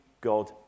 God